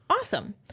Awesome